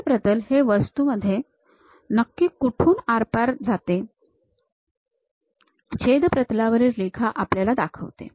छेद प्रतल हे वस्तूमधून नक्की कुठून आरपार जाते हे छेद प्रतलावरील रेखा आपल्याला दाखवते